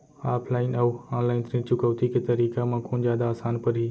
Offline अऊ online ऋण चुकौती के तरीका म कोन जादा आसान परही?